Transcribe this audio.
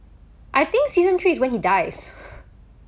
I think season three is when he dies